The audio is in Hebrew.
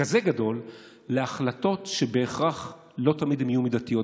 כזה גדול להחלטות שבהכרח לא תמיד הן יהיו מידתיות.